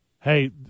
Hey